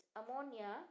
ammonia